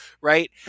Right